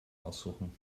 aussuchen